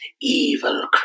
evil